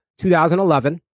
2011